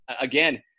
again